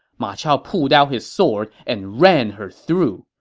ma chao pulled out his sword and ran her through.